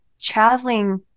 traveling